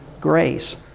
grace